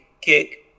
kick